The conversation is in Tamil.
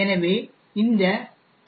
எனவே இந்த பி